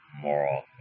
moral